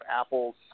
Apple's